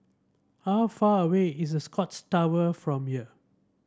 how far away is Scotts Tower from here